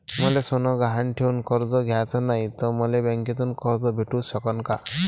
मले सोनं गहान ठेवून कर्ज घ्याचं नाय, त मले बँकेमधून कर्ज भेटू शकन का?